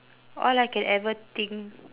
all I can ever think